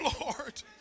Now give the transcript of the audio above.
Lord